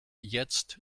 jetzt